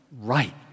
right